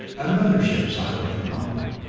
another ship silently crumpled,